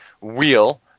wheel